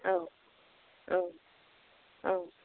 औ औ औ